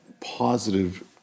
positive